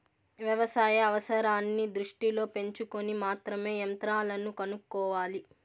వ్యవసాయ అవసరాన్ని దృష్టిలో ఉంచుకొని మాత్రమే యంత్రాలను కొనుక్కోవాలి